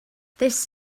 this